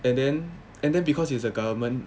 and then and then because it's the government